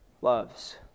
loves